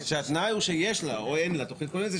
שהתנאי הוא שיש לה או אין לה תוכנית כוללת,